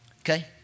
Okay